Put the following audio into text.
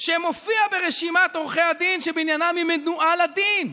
שמופיע ברשימת עורכי הדין שבעניינם היא מנועה לדון.